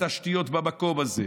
בתשתיות במקום הזה,